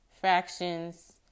Fractions